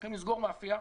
הולכים לסגור מאפיה,